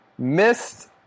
Missed